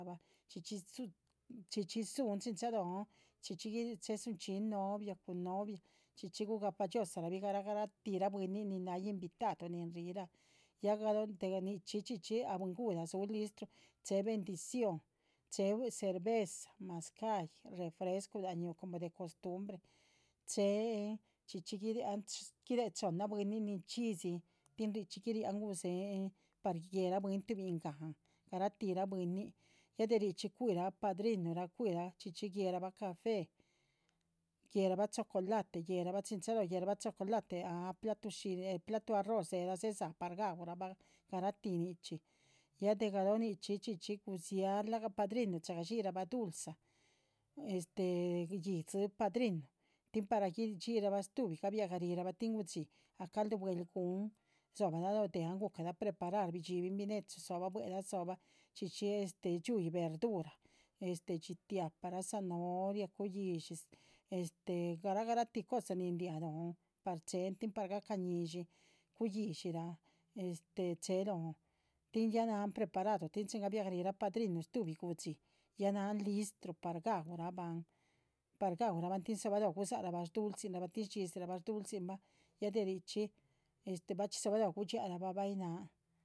Chxí chhxí dzúhun chalóhon chxí chxí yih chehe dzunchxi novio cun novia chxí chxí gugahpa dhxiozarabih garah garah tuh rah bwínin nin náha invitado ni rihírah. ya galóh de nichxí ah bwín guhla dzúh listru chéhe bendición chéhe cerveza, mazcáhyi, láhan ñúuh coma de costumbre chéhen chxí chxí guiriahan guiriáha chohnna bwínin. nin chxídzin tin richxí guiriahn gudzéhen par guéhera bwín tuhbingahan garatih ra bwínin ya del richxí cuirabah padrinuh rah cuirah chxí chxí guéherabah café. guéherabah chocolate guéherabah chin chalóho gueherabah chocolate ah platuh shi, plautuh shí, platuh arroz dzéhe dzedza par gaúrabah garatih nichxí ya de galoh. nichxí chxí chxí gudziára gahbah padrinuh chehe gadxirabah dulza este yíhdzi padrinuh tin para gui dxírabah stuhbi gabiagarihrabah tin gudxí ah calduh buehl gun, dzóbah. lah lóho déh an guhucalah preparar bidxibihn binechu dzóhobah buehla dzóhobah chxí chxí este dxíuhyih verdura este dxítiahparaa, zanahoria, cuyidxí, este garah garatih cosa nin. riáh lóhon par chéhen tin par gahca ñíshin, cuyishira este chehe lóhon tin ya náhan preparado tin chin gabiagaruh rah padrinu stuhubi gudxi. ya náhan listru par gaúrahbahn par gaurabahn tin dzobaloho gudzáharabah shduulzinrabah tin shdxídzirabah dulzinbah ya de richxí este bachxí rdzobalóho. gudxiarabah bahyih náhan.